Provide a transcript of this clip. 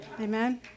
Amen